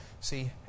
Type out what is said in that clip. See